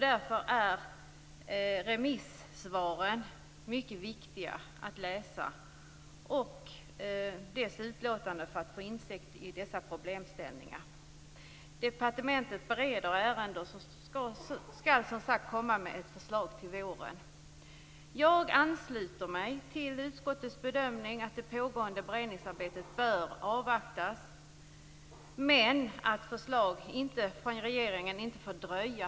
Därför är det mycket viktigt att läsa remissvaren och de utlåtanden som finns där för att få insikt i de olika problemställningarna. Departementet bereder ärendet och skall, som sagt, komma med ett förslag till våren. Jag ansluter mig till utskottets bedömning att det pågående beredningsarbetet bör avvaktas, men att förslag från regeringen inte får dröja.